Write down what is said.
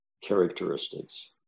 characteristics